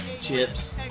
chips